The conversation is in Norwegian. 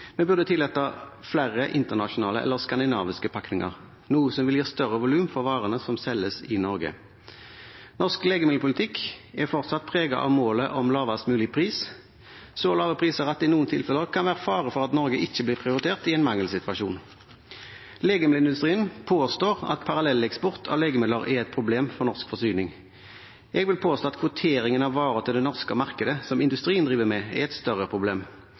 Vi burde tillate flere internasjonale eller skandinaviske pakninger, noe som ville gi større volum for varene som selges i Norge. Norsk legemiddelpolitikk er fortsatt preget av målet om lavest mulig pris – så lave priser at det i noen tilfeller kan være fare for at Norge ikke blir prioritert i en mangelsituasjon. Legemiddelindustrien påstår at parallelleksport av legemidler er et problem for norsk forsyning. Jeg vil påstå at kvoteringen av varer til det norske markedet som industrien driver med, er et større problem.